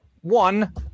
one